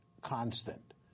constant